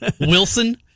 Wilson